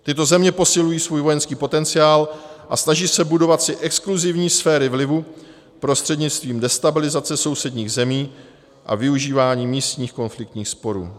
Tyto země posilují svůj vojenský potenciál a snaží se budovat si exkluzivní sféry vlivu prostřednictvím destabilizace sousedních zemí a využíváním místních konfliktních sporů.